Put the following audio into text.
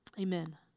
amen